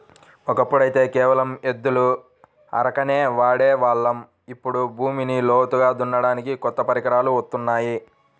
ఒకప్పుడైతే కేవలం ఎద్దుల అరకనే వాడే వాళ్ళం, ఇప్పుడు భూమిని లోతుగా దున్నడానికి కొత్త పరికరాలు వత్తున్నాయి